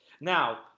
Now